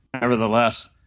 Nevertheless